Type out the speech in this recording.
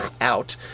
out